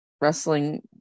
wrestling